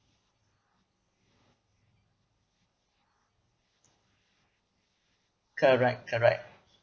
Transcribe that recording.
correct correct